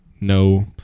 no